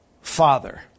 father